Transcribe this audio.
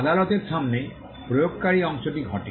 আদালতের সামনে প্রয়োগকারী অংশটি ঘটে